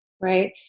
right